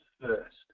first